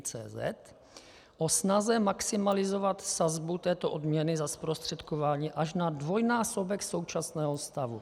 cz, o snaze maximalizovat sazbu této odměny za zprostředkování až na dvojnásobek současného stavu.